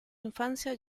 infancia